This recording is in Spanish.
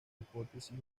hipótesis